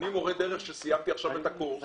אני מורה דרך שסיימתי עכשיו את הקורס,